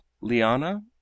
Liana